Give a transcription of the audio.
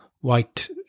white